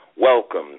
welcome